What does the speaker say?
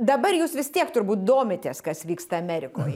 dabar jūs vis tiek turbūt domitės kas vyksta amerikoj